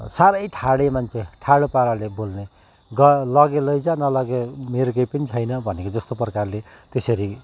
साह्रै ठाढे मान्छे ठाढो पाराले बोल्ने ग लगे लैजा नलगे मेरो केही पनि छैन भनेको जस्तो प्रकारले त्यसरी